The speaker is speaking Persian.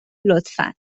لطفا